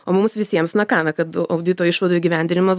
o mums visiems na ką na kad audito išvadų įgyvendinimas